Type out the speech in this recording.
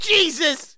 Jesus